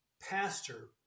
pastor